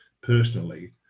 personally